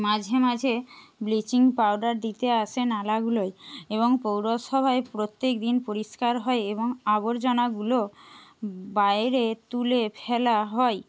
মাঝে মাঝে bleaching powder দিতে আসেন আলাগুলোয় এবং পৌরসভায় প্রত্যেক দিন পরিষ্কার হয় এবং আবর্জনাগুলো বাইরে তুলে ফেলা হয়